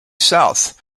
south